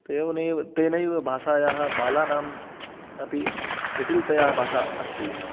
तेन एव तेनैव भाषायाः बालानाम् अपि जटिलतया भाषा अस्ति